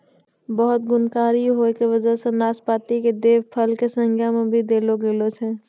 बहुत गुणकारी होय के वजह सॅ नाशपाती कॅ देव फल के संज्ञा भी देलो गेलो छै